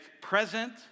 present